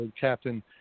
captain